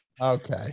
okay